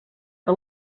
que